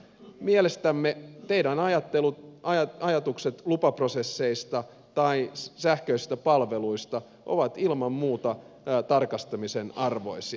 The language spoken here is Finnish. mielestämme teidän ajatuksenne lupaprosesseista tai sähköisistä palveluista ovat ilman muuta tarkastamisen arvoisia